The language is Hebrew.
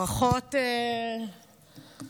ברכות על התפקיד,